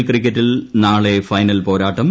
L ക്രിക്കറ്റിൽ നാളെ final പോരാട്ടം